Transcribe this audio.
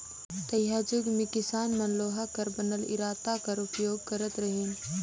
तइहाजुग मे किसान मन लोहा कर बनल इरता कर उपियोग करत रहिन